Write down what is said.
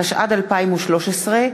התשע"ד 2013,